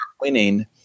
winning